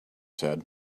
said